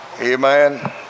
Amen